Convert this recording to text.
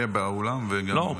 הוא יהיה באולם וגם --- לא,